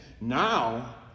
Now